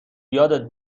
یادت